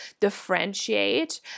differentiate